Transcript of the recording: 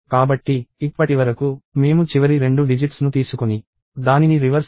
కాబట్టి ఇప్పటివరకు మేము చివరి రెండు డిజిట్స్ ను తీసుకొని దానిని రివర్స్ చేశాము